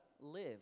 live